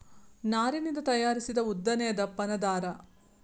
ನಾರಿನಿಂದ ತಯಾರಿಸಿದ ಉದ್ದನೆಯ ದಪ್ಪನ ದಾರಾ